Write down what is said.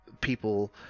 people